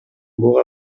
буга